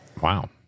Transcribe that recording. Wow